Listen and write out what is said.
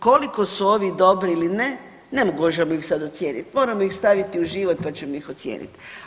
Koliko su ovi dobri ili ne ne možemo ih sad ocijenit, moramo ih staviti u život, pa ćemo ih ocijenit.